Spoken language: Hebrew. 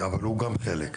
הוא גם חלק,